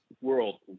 world